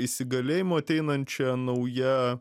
įsigalėjimu ateinančia nauja